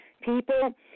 people